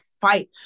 fight